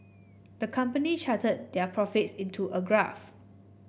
the company charted their profits into a graph